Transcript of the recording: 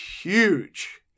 huge